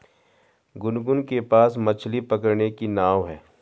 गुनगुन के पास मछ्ली पकड़ने की नाव है